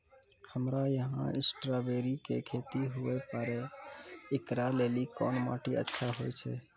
हमरा यहाँ स्ट्राबेरी के खेती हुए पारे, इकरा लेली कोन माटी अच्छा होय छै?